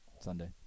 Sunday